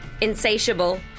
Insatiable